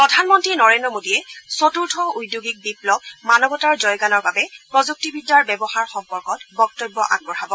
প্ৰধানমন্ত্ৰী নৰেন্দ্ৰ মোডীয়ে চতুৰ্থ উদ্যোগিক বিপ্ণৱ মানৱতাৰ জয়গানৰ বাবে প্ৰযুক্তিবিদ্যাৰ ব্যৱহাৰ সম্পৰ্কত বক্তব্য আগবঢ়াব